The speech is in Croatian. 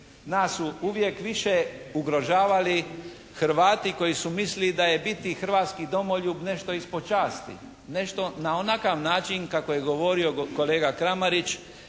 Nas su uvijek više ugrožavali Hrvati koji su mislili da je biti hrvatski domoljub nešto ispod časti, nešto na onakav način kako je govorio kolega Kramarić